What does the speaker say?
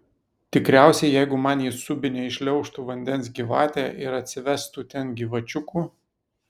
tikriausiai jeigu man į subinę įšliaužtų vandens gyvatė ir atsivestų ten gyvačiukų